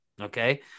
Okay